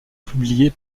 publiée